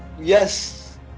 Yes